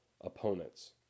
opponents